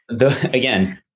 again